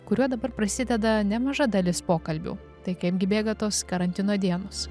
kuriuo dabar prasideda nemaža dalis pokalbių tai kaipgi bėga tos karantino dienos